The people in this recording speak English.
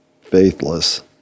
faithless